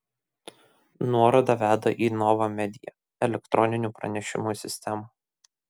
nuoroda veda į nova media elektroninių pranešimų sistemą